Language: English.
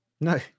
No